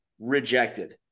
rejected